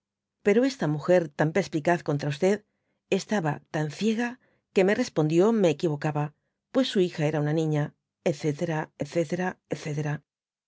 pero esta múger tan perspícaz contra estaba tan ciega oue me respondió me equiyocaba pues su hija era una niña etc etc